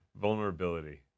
vulnerability